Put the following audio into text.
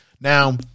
Now